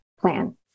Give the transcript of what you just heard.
plan